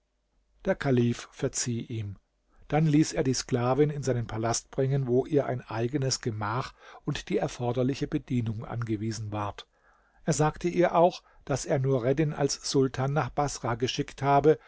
der kalif verzieh ihm dann ließ er die sklavin in seinen palast bringen wo ihr ein eigenes gemach und die erforderliche bedienung angewiesen ward er sagte ihr auch daß er nureddin als sultan nach baßrah geschickt habe